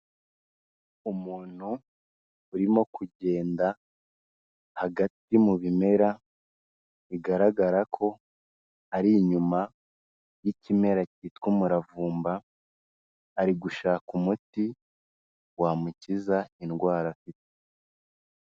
Umuntu urimo kugenda hagati mu bimera, bigaragara ko ari inyuma y'ikimera cyitwa umuravumba, ari gushaka umuti wamukiza indwara afite.